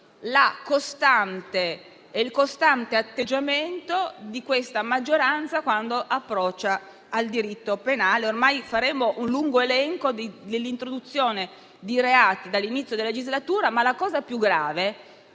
il costante atteggiamento della maggioranza quando approccia al diritto penale. Potremmo fare un lungo elenco dell'introduzione di reati dall'inizio della legislatura. L'aspetto più grave